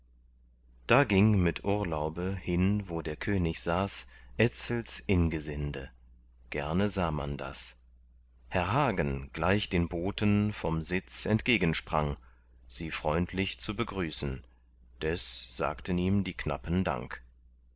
da ging mit urlaube hin wo der könig saß etzels ingesinde gerne sah man das herr hagen gleich den boten vom sitz entgegensprang sie freundlich zu begrüßen des sagten ihm die knappen dank